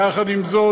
יחד עם זאת,